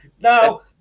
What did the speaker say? Now